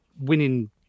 winning